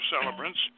celebrants